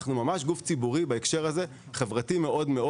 בהקשר הזה, אנחנו גוף ציבורי וחברתי מאוד.